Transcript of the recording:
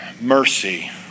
mercy